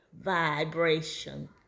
vibration